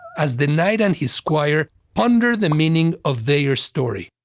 as the knight and his squire ponder the meaning of their story.